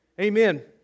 Amen